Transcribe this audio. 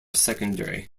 secondary